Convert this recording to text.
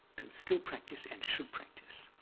can still practice and should practice,